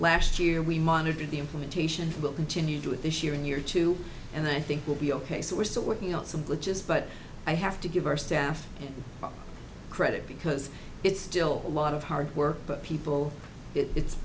last year we monitor the implementation will continue do it this year in year two and i think we'll be ok so we're still working out some glitches but i have to give our staff credit because it's still a lot of hard work but people it's